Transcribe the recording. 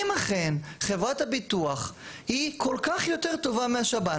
אם אכן חברת הביטוח היא כל כך יותר טובה מהשב"ן,